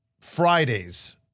Fridays